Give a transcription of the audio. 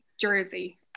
jersey